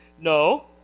No